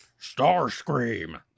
Starscream